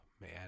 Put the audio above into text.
Man